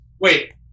wait